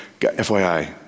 FYI